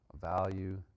value